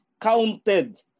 counted